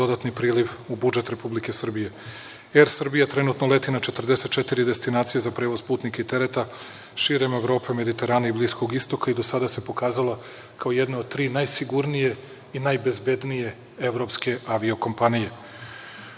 dodatni priliv u budžet Republike Srbije.„Er Srbija“ trenutno leti na 44 destinacije za prevoz putnika i tereta širom Evrope i Mediterana i Bliskog istoka i do sada se pokazalo kao jedna od tri najsigurnije i najbezbednije evropske avio